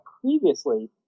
previously